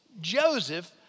Joseph